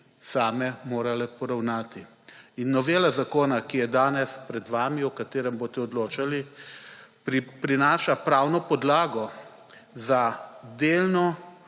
same morale poravnati. In novela zakona, ki je danes pred vami, o katerem boste odločali, prinaša pravno podlago za delno